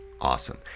awesome